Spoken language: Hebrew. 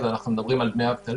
אז אנחנו מדברים על דמי אבטלה.